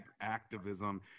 activism